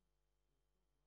כיף גדול להסתכל עליך,